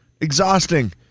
Exhausting